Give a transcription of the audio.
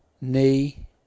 Knee